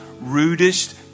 rudest